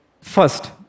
First